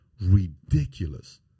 ridiculous